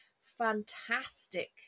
fantastic